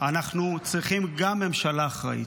אנחנו צריכים גם ממשלה אחראית.